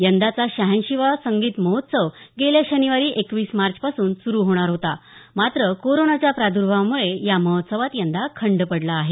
यंदाचा शह्याऐंशीवा संगीत महोत्सव गेल्या शनिवारी एकवीस मार्च पासून सुरू होणार होता मात्र कोरोना प्रादुर्भावामुळे या महोत्सवात यंदा खंड पडला आहे